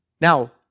Now